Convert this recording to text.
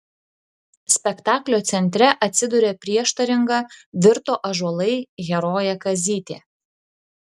spektaklio centre atsiduria prieštaringa virto ąžuolai herojė kazytė